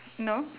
no